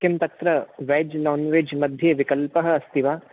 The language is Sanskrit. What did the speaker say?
किं तत्र वेज् नान्वेज् मध्ये विकल्पः अस्ति वा